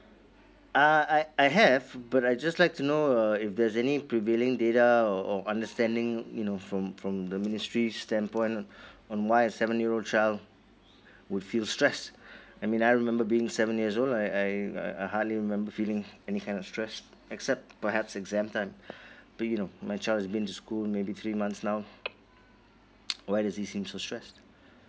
uh I I have but I just like to know uh if there's any prevailing data or or understanding you know from from the ministry stand point on why a seven year old child would feel stress I mean I remember being seven years old I I I hardly remember feeling any kind of stress except perhaps exam time but you know my child has been to school maybe three months now why is he seems so stress